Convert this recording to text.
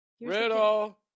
Riddle